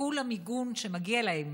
יזכו למיגון שמגיע להם.